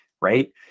right